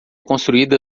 construída